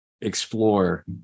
explore